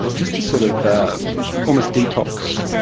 just to sort of almost detox,